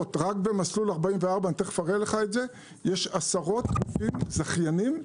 רק במסלול 44, יש עשרות זכיינים,